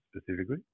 specifically